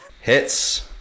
Hits